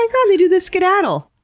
like ah they do the skedaddle!